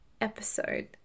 episode